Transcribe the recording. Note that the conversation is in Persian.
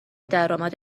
درآمد